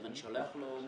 למי שאין את הכלים הללו,